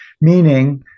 meaning